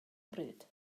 bryd